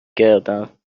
کردم